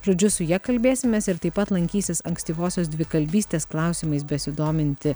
žodžiu su ja kalbėsimės ir taip pat lankysis ankstyvosios dvikalbystės klausimais besidominti